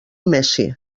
messi